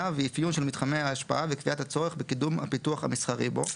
ואפיון של מתחמי ההשפעה וקביעת הצורך בקידום הפיתוח המסחרי בו,